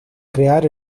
crear